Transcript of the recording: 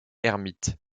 ermite